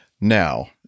Now